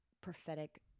prophetic